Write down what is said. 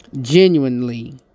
genuinely